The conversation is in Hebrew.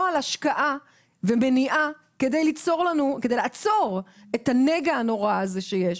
על השקעה ומניעה כדי לעצור את הנגע הנורא הזה שיש,